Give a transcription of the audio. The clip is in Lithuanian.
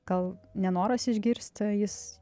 gal nenoras išgirsti jis